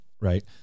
right